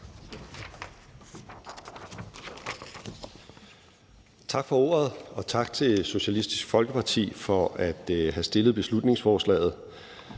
Tak for ordet. Og tak til Socialistisk Folkeparti for at have fremsat beslutningsforslaget.